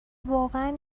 واقعا